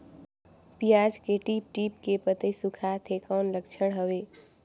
पियाज के टीप टीप के पतई सुखात हे कौन लक्षण हवे?